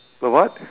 but what